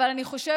אבל אני חושבת